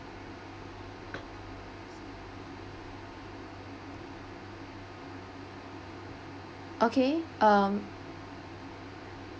okay um